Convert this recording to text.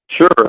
Sure